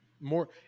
more